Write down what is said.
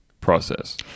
process